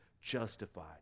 justified